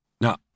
Now